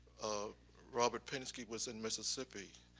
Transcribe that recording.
robert pinsky was in mississippi,